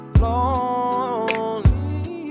lonely